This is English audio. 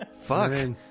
Fuck